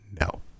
No